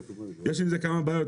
ויש עם זה כמה בעיות.